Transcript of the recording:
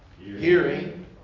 hearing